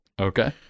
Okay